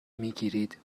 میگیرید